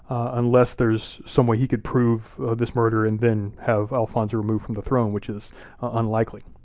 unless there's some way he could prove this murder and then have alfonso removed from the throne, which is unlikely.